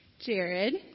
Jared